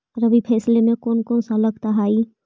रबी फैसले मे कोन कोन सा लगता हाइय?